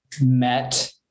met